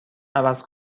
عوض